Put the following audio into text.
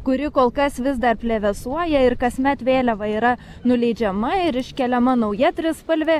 kuri kol kas vis dar plevėsuoja ir kasmet vėliava yra nuleidžiama ir iškeliama nauja trispalvė